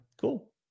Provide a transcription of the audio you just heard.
Cool